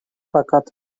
fakat